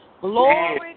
Glory